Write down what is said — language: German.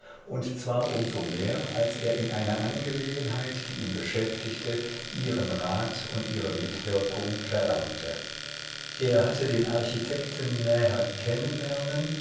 und zwar um so mehr als er in einer angelegenheit die ihn beschäftigte ihren rat ihre mitwirkung verlangte er hatte den architekten näher